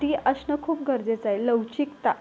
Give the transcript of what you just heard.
ती असणं खूप गरजेचं आहे लवचिकता